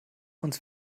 uns